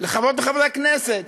לחברות וחברי הכנסת: